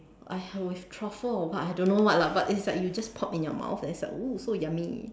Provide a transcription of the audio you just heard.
I heard with truffle or what I don't know what lah but it's like you just pop in your mouth and it's like !woo! it's so yummy